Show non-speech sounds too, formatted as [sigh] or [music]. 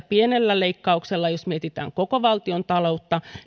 [unintelligible] pienellä leikkauksella jos mietitään koko valtiontaloutta